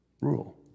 rule